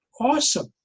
awesome